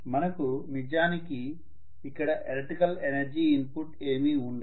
మనకు నిజానికి ఇక్కడ ఎలక్ట్రికల్ ఎనర్జీ ఇన్పుట్ ఏమీ ఉండదు